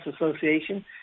Association